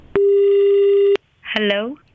Hello